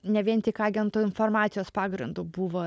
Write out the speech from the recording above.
ne vien tik agentų informacijos pagrindu buvo